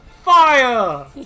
Fire